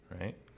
right